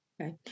Okay